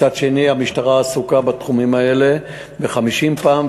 מצד שני המשטרה עסוקה בתחומים האלה 50 פעם,